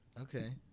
Okay